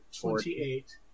twenty-eight